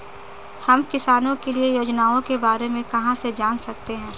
हम किसानों के लिए योजनाओं के बारे में कहाँ से जान सकते हैं?